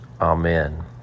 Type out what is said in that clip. Amen